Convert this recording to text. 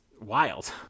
wild